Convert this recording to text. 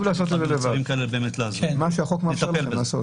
נטפל בזה.